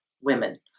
women